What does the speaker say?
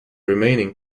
remaining